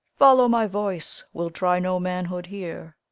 follow my voice we'll try no manhood here.